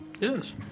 Yes